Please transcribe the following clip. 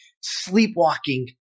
sleepwalking